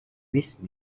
missed